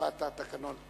מצוות התקנון.